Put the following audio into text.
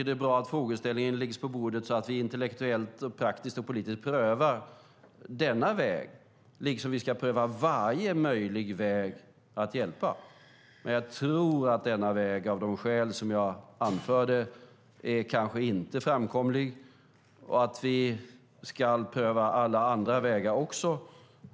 Det är bra att frågeställningen läggs på bordet så att vi intellektuellt, praktiskt och politiskt prövar denna väg liksom vi ska pröva varje möjlig väg att hjälpa. Jag tror att denna väg, av de skäl som jag anförde, kanske inte är framkomlig. Vi ska också pröva alla andra vägar.